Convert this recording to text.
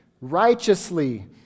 righteously